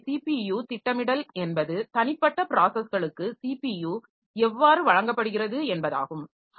இங்கே ஸிபியு திட்டமிடல் என்பது தனிப்பட்ட பிராஸஸ்களுக்கு ஸிபியு எவ்வாறு வழங்கப்படுகிறது என்பதாகும்